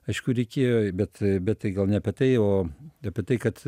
aišku reikėjo bet bet tai gal ne apie tai o apie tai kad